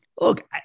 look